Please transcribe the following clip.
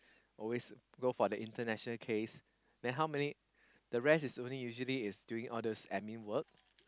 always go for the international case then how many the rest is only usually is doing all those admin work